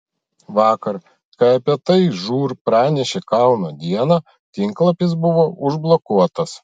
vakar kai apie tai žūr pranešė kauno diena tinklapis buvo užblokuotas